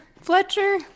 Fletcher